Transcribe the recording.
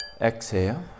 Exhale